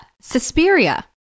suspiria